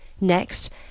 Next